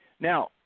now